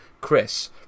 Chris